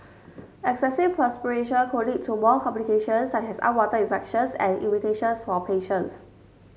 excessive perspiration could lead to more complications such as unwanted infections and irritations for patients